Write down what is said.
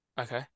okay